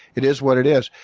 it is what it is.